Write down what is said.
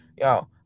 Yo